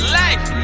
life